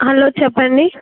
hello చెప్పండి